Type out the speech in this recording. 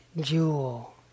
jewel